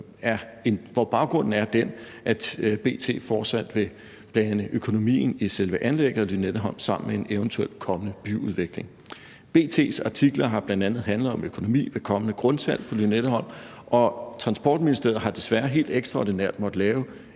hvor baggrunden er den, at B.T. fortsat vil blande økonomien i selve anlægget af Lynetteholm sammen med en eventuel kommende byudvikling. B.T.s artikler har bl.a. handlet om økonomi ved det kommende grundsalg for Lynetteholm, og Transportministeriet har desværre helt ekstraordinært måttet lave